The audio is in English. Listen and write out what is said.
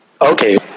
Okay